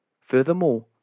Furthermore